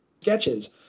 sketches